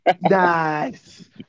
Nice